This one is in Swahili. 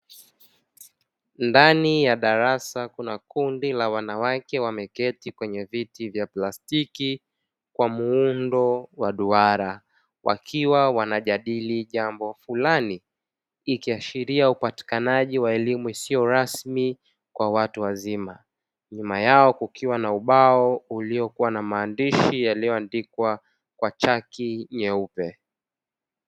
Ndani ya darasa kuna kundi la wanawake wameketi kwenye viti vya plastiki Kwa muundo wa duara, wakiwa wanajadili jambo fulani ikiashiria upatikanaji wa elimu isiyorasmi kwa watu wazima. Nyuma yao kukiwa na ubao uliokuwa na maandishi yaliyoandikwa Kwa chaki nyeupe.